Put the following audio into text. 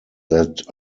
that